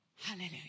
Hallelujah